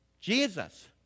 Jesus